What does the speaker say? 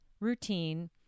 routine